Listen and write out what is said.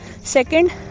Second